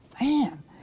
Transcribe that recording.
Man